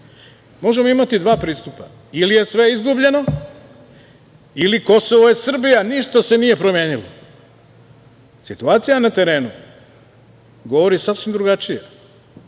Možemo imati dva pristupa - ili je sve izgubljeno ili Kosovo je Srba, ništa se nije promenilo. Situacija na terenu govori sasvim drugačije